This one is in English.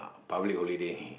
public holiday